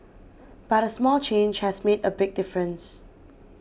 but a small change has made a big difference